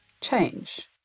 change